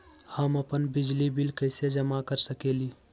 हम अपन बिजली बिल कैसे जमा कर सकेली?